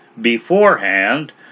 beforehand